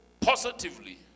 positively